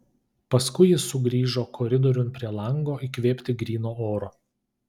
paskui jis sugrįžo koridoriun prie lango įkvėpti gryno oro